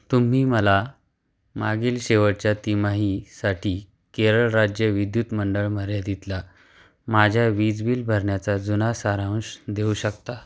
तुम्ही मला मागील शेवटच्या तिमाहीसाठी केरळ राज्य विद्युत मंडळ मर्यादितला माझ्या वीज बिल भरण्याचा जुना सारांश देऊ शकता